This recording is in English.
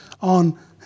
on